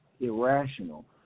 irrational